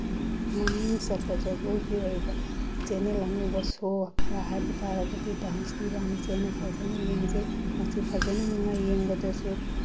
ꯃꯃꯤꯡ ꯆꯠꯄ ꯖꯒꯣꯏꯒꯤ ꯑꯣꯏꯕ ꯆꯦꯅꯦꯜ ꯑꯅꯧꯕ ꯁꯣ ꯈꯔ ꯍꯥꯏꯕ ꯇꯥꯔꯕꯗꯤ ꯗꯥꯟꯁ ꯗꯤꯋꯥꯅꯤꯁꯦ ꯑꯩꯅ ꯐꯖꯅ ꯌꯦꯡꯖꯩ ꯃꯁꯤ ꯐꯖꯅ ꯅꯨꯡꯉꯥꯏ ꯌꯦꯡꯕꯗꯁꯨ